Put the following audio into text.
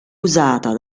usata